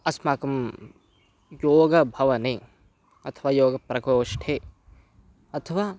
अस्माकं योगभवने अथवा योगप्रकोष्ठे अथवा